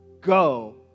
go